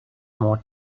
more